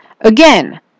Again